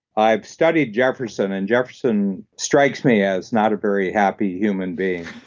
i've studied jefferson, and jefferson strikes me as not a very happy human being.